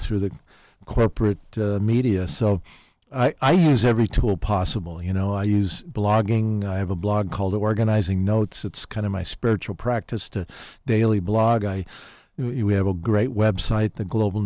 through the corporate media so i use every tool possible you know i use blogging i have a blog called organizing notes it's kind of my spiritual practice to daily blog i have a great website the global